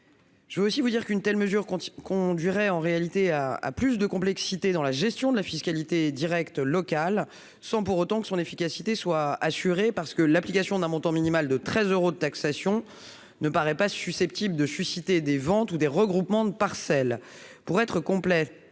En réalité, une telle mesure conduirait à plus de complexité dans la gestion de la fiscalité directe locale, sans pour autant que son efficacité soit assurée. En effet, l'application d'un montant minimal de 13 euros de taxation ne paraît pas susceptible de susciter des ventes ou des regroupements de parcelles.